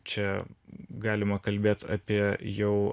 čia galima kalbėt apie jau